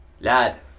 lad